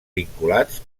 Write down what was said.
vinculats